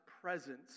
presence